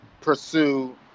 pursue